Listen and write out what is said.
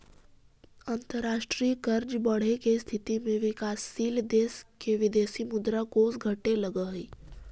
अंतरराष्ट्रीय कर्ज बढ़े के स्थिति में विकासशील देश के विदेशी मुद्रा कोष घटे लगऽ हई